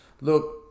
look